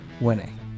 winning